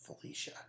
Felicia